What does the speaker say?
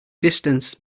distance